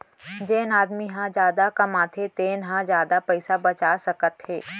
जेन आदमी ह जादा कमाथे तेन ह जादा पइसा बचा सकत हे